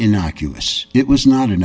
in oculus it was not an